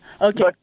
okay